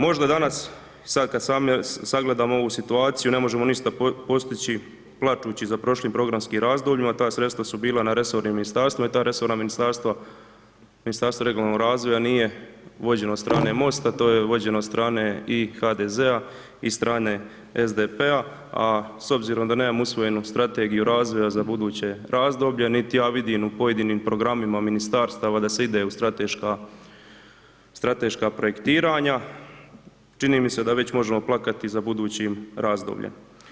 Možda danas, sad kad sagledamo ovu situaciju, ne možemo ništa postići plačući za prošlim programskim razdobljima, ta sredstva su bila na resornim ministarstvima i ta resorna ministarstva, Ministarstvo regionalnog razvoja nije vođen od strane MOST-a, to je vođen od strane i HDZ-a i strane SDP-a, a s obzirom da nemamo usvojenu strategiju razvoja za buduće razdoblje, niti ja vidim u pojedinim programima ministarstava da se ide u strateška projektiranja, čini mi se da već možemo plakati za budućim razdobljem.